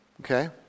okay